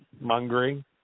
mongering